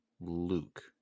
luke